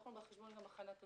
לקחנו בחשבון גם הכנת תצ"ר.